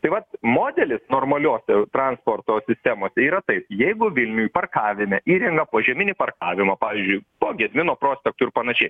tai vat modelis normaliose transporto sistemose yra taip jeigu vilniuj parkavime įrengia požeminį parkavimą pavyzdžiui po gedimino prospektu ir panašiai